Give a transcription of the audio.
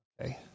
Okay